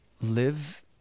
live